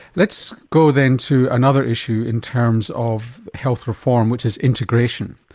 let's go then to another issue in terms of health reform which is integration.